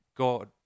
God